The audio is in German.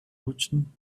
lutschen